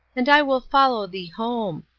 and i will follow thee home.